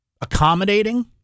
accommodating